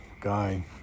guy